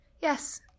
Yes